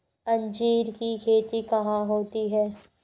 अंजीर की खेती कहाँ होती है?